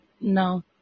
No